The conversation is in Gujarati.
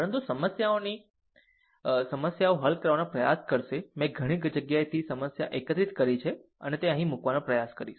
પરંતુ સમસ્યાઓની સમસ્યાઓ હલ કરવાનો પ્રયાસ કરશે મેં ઘણી જગ્યાએથી સમસ્યા એકત્રિત કરી છે અને તેને અહીં મૂકવાનો પ્રયાસ કરીશ